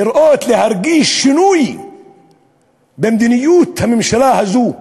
לראות, להרגיש שינוי במדיניות הממשלה הזו,